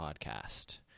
podcast